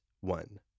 one